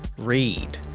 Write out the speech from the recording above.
read,